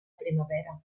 primavera